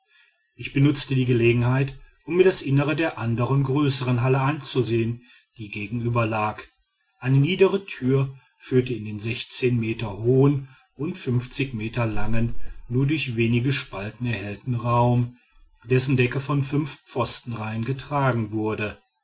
ich benutzte die gelegenheit um mir das innere der andern größern halle anzusehen die gegenüber lag eine niedere tür führte in den meter hohen und meter langen nur durch wenige spalten erhellten raum dessen decke von fünf pfostenreihen getragen wurde